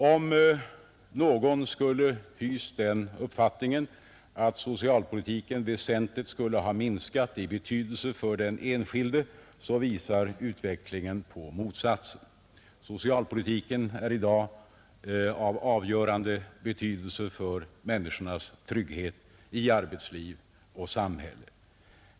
Om någon skulle ha hyst den uppfattningen att socialpolitiken väsentligt skulle ha minskat i betydelse för den enskilde, så visar utvecklingen på motsatsen. Socialpolitiken är i dag av avgörande betydelse för människornas trygghet i arbetsliv och samhälle.